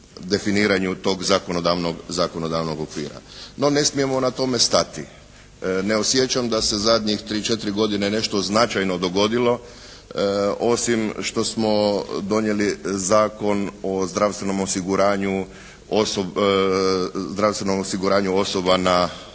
definiranju tog zakonodavnog okvira. No, ne smijemo na tome stati. Ne osjećam da se zadnjih tri-četiri godine nešto značajno dogodilo, osim što smo donijeli Zakon o zdravstvenom osiguranju osoba na